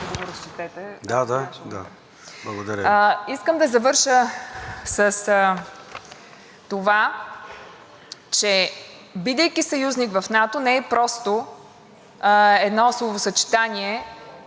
че бидейки съюзник в НАТО, не е просто едно словосъчетание, което ние използваме. Това означава да носим и отговорност за защита на демокрацията,